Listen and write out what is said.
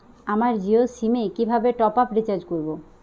আমার Jio SIM এ কিভাবে টপ আপ রিচার্জ করবো?